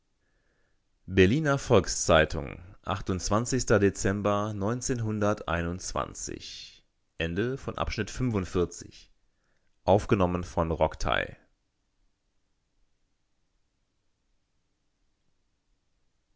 berliner volks-zeitung dezember